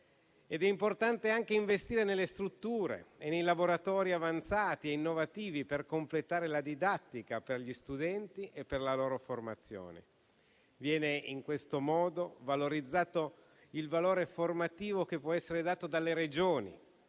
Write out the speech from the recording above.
È importante anche investire nelle strutture e nei laboratori avanzati e innovativi per completare la didattica per gli studenti e per la loro formazione. Viene in questo modo valorizzato il valore formativo che può essere dato dalle Regioni,